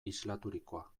islaturikoa